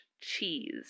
cheese